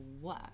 work